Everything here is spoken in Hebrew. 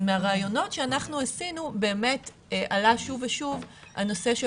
מהראיונות שאנחנו עשינו באמת עלה שוב ושוב הנושא של